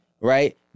right